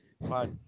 Bye